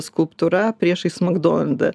skulptūra priešais makdonaldą